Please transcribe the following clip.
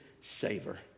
savor